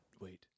wait